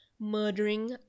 murdering